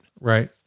Right